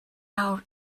awr